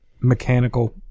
mechanical